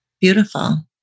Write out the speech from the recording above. beautiful